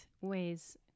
ways